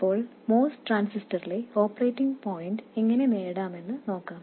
ഇപ്പോൾ MOS ട്രാൻസിസ്റ്ററിലെ operating point എങ്ങനെ നേടാമെന്ന് നോക്കാം